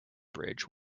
bridge